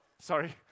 Sorry